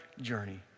journey